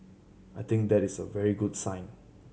I think that is a very good sign